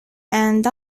and